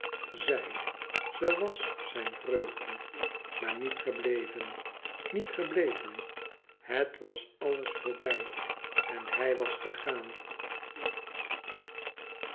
zij ze was zijn vreugde maar niet gebleven niet gebleven het was alles voorbij en hij was gegaan